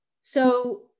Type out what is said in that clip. So-